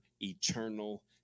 eternal